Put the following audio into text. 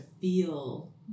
feel